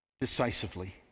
decisively